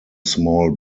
small